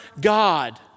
God